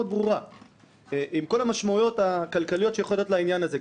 ברורה עם כל המשמעויות הכלכליות שיכולות להיות לעניין הזה,